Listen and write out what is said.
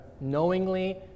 knowingly